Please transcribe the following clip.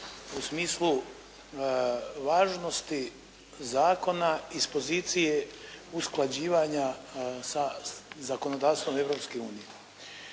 u smislu važnosti zakona iz pozicije usklađivanja sa zakonodavstvom